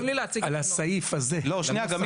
לסעיף הזה?